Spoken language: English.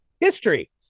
history